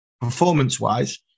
performance-wise